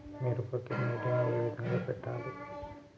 మిరపకి నీటిని ఏ విధంగా పెట్టాలి?